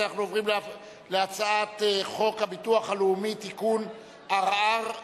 ההצעה להפוך את הצעת חוק לתיקון פקודת החברות (עילה לפירוק חברה),